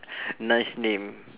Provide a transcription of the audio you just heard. nice name